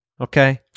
okay